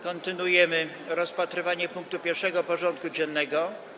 Kontynuujemy rozpatrywanie punktu 1. porządku dziennego: